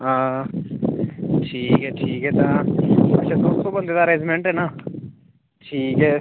हां ठीक ऐ ठीक ऐ तां अच्छा दो सौ बंदे दा अरेंजमैंट ऐ ना ठीक ऐ